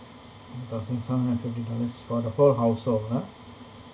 one thousand seven hundred and fifty dollars for the whole household ah